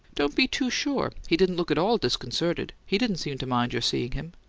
don't be too sure. he didn't look at all disconcerted. he didn't seem to mind your seeing him.